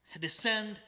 descend